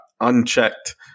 unchecked